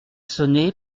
sonné